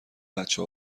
بچه